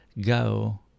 go